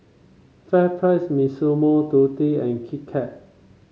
FairPrice Massimo Dutti and Kit Kat